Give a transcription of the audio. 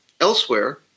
elsewhere